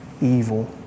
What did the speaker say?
evil